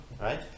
right